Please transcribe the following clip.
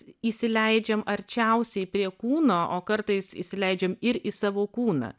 įsileidžiam arčiausiai prie kūno o kartais įsileidžiam ir į savo kūną